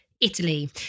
Italy